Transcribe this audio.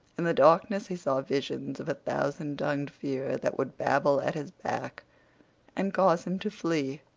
in the darkness he saw visions of a thousand-tongued fear that would babble at his back and cause him to flee,